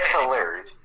hilarious